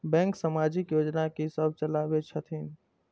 Bank समाजिक योजना की सब चलावै छथिन?